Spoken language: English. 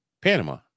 Panama